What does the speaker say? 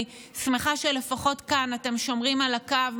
אני שמחה שלפחות כאן אתם שומרים על הקו,